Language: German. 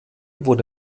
wurde